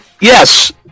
yes